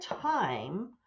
time